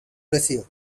brazil